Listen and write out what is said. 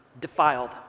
Defiled